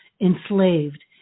enslaved